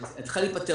היא צריכה להיפתר.